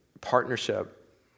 partnership